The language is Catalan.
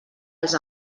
els